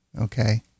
okay